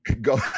go